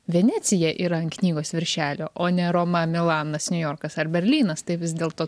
venecija yra ant knygos viršelio o ne roma milanas niujorkas ar berlynas tai vis dėlto